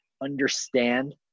understand